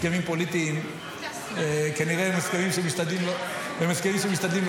הסכמים פוליטיים כנראה הם הסכמים שמשתדלים לא לכבד.